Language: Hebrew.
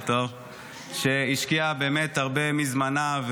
-- שהשקיעה באמת הרבה מזמנה,